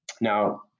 Now